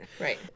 right